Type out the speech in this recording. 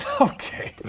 Okay